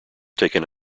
taken